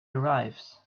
arrives